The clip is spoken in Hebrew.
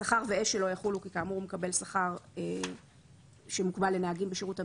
שכר ואש"ל לא יחולו כי כאמור הוא מקבל שכר שמוקבל לנהגים בשירות המדינה.